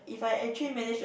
if I actually manage to